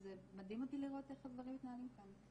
ושזה מדהים אותי לראות איך הדברים מתנהלים כאן.